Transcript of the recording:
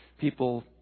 people